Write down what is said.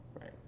right